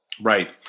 Right